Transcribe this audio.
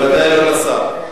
בוודאי לא לשר.